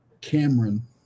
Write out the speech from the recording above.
Cameron